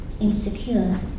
Insecure